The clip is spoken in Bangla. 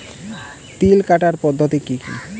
তিল কাটার পদ্ধতি কি কি?